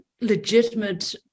legitimate